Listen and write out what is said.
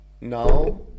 now